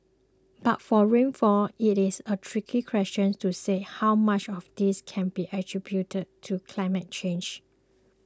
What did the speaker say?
but for rainfall it is a tricky question to say how much of this can be attributed to climate change